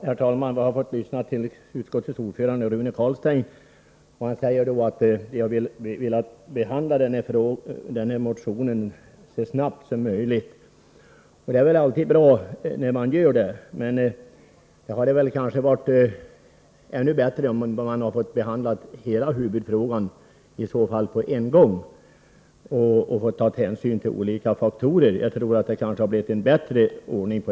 Herr talman! Vi har fått lyssna på utskottets ordförande Rune Carlstein, som sade att man har velat behandla motionen så snabbt som möjligt. Det är väl alltid bra, men det hade kanske varit bättre att behandla hela huvudfrågan på en gång med hänsynstagande till alla olika faktorer.